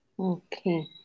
Okay